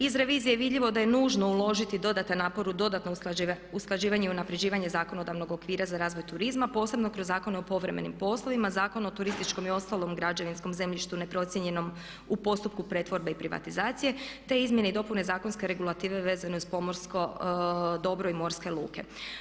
Iz revizije je vidljivo da je nužno uložiti dodatan napor u dodatno usklađivanje i unapređivanje zakonodavnog okvira za razvoj turizma, posebno kroz zakon o povremenim poslovima, Zakon o turističkom i ostalom građevinskom zemljištu ne procijenjenom u postupku pretvorbe i privatizacije te izmjene i dopune zakonske regulative vezane uz pomorsko dobro i morske luke.